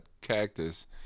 cactus